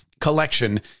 collection